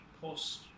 post